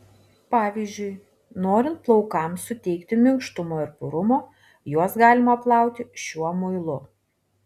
pavyzdžiui norint plaukams suteikti minkštumo ir purumo juos galima plauti šiuo muilu